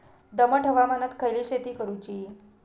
दमट हवामानात खयली शेती करूची?